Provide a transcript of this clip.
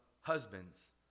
husbands